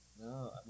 No